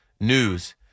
news